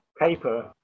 paper